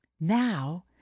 Now